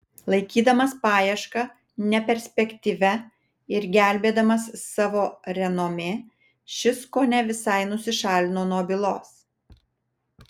laikydamas paiešką neperspektyvia ir gelbėdamas savo renomė šis kone visai nusišalino nuo bylos